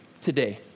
today